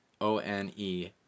O-N-E